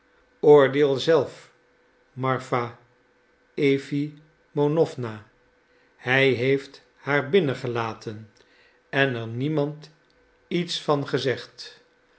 oordeel zelf marfa efimonowna hij heeft haar binnengelaten en er niemand iets van gezegd